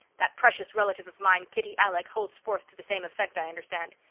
that precious relative of mine, kitty alec, holds forth to the same effect, i understand.